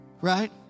right